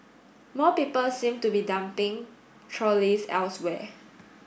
more people seem to be dumping trolleys elsewhere